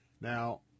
Now